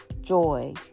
joy